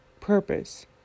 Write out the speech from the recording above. purpose